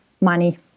money